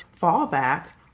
fallback